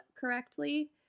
correctly